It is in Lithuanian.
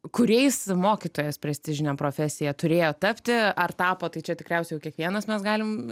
kuriais mokytojas prestižinė profesija turėjo tapti ar tapo tai čia tikriausiai jau kiekvienas mes galim